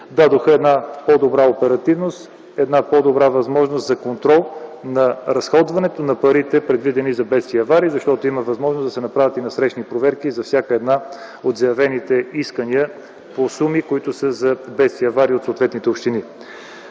даде една по-добра оперативност, по-добра възможност за контрол на разходването на парите, предвидени за бедствия и аварии. Защото има възможност да се направят и насрещни проверки за всяко едно от заявените искания по суми за бедствия и аварии от съответните общини.